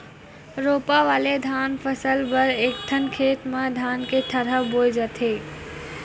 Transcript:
रोपा वाले धान फसल बर एकठन खेत म धान के थरहा बोए जाथे